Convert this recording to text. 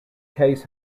case